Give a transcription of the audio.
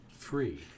free